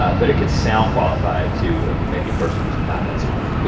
um but it could sound qualified to maybe a person who's not that smart.